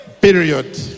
Period